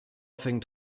fängt